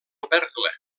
opercle